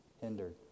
hindered